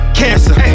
cancer